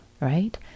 right